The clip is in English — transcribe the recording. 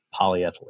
polyethylene